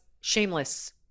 shameless